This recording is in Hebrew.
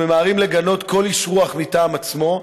שממהרים לגנות כל איש רוח מטעם עצמו,